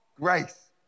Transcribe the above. grace